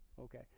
okay